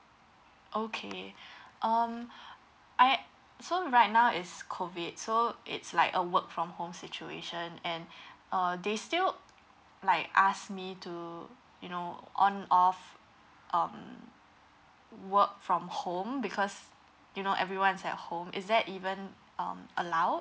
okay um I so right now it's COVID so it's like a work from home situation and uh they still like ask me to you know on of um work from home because you know everyone's at home is that even um allow